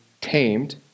tamed